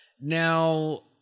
Now